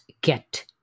get